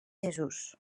jesús